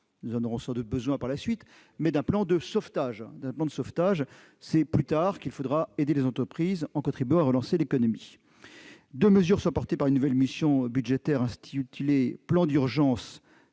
nous en aurons besoin par la suite, mais il s'agit d'un plan de sauvetage. C'est plus tard qu'il faudra aider les entreprises en contribuant à relancer l'économie. Deux mesures sont portées par une nouvelle mission budgétaire intitulée. Les crédits